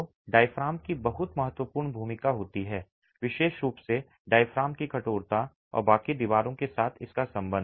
तो डायाफ्राम की बहुत महत्वपूर्ण भूमिका होती है विशेष रूप से डायाफ्राम की कठोरता और बाकी दीवारों के साथ इसका संबंध